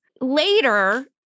Later